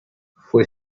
fue